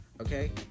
okay